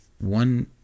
one